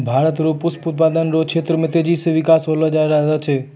भारत रो पुष्प उत्पादन रो क्षेत्र मे तेजी से बिकास होय रहलो छै